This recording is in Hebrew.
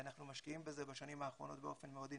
אנחנו משקיעים בזה בשנים האחרונות באופן מאוד אינטנסיבי,